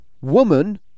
woman